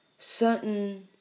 Certain